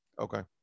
Okay